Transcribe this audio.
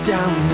Down